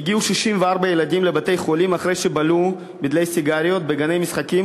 64 ילדים הגיעו לבתי-חולים אחרי שבלעו בדלי סיגריות בגני-משחקים,